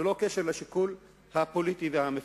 ללא קשר לשיקול הפוליטי והמפלגתי.